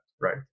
right